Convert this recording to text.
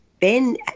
Ben